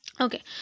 Okay